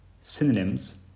synonyms